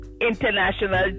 international